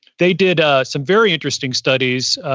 they did ah some very interesting studies,